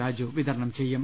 രാജു വിതരണം ചെയ്യും